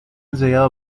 llegado